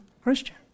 Christian